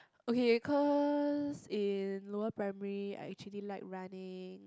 okay cause in lower primary I actually like running